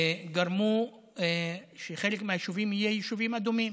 גרמו שחלק מהיישובים יהיו יישובים אדומים,